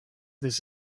this